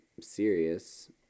serious